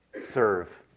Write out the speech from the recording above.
serve